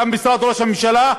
גם משרד ראש הממשלה.